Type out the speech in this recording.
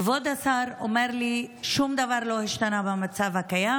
כבוד השר אומר לי ששום דבר לא השתנה במצב הקיים,